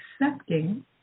accepting